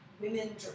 women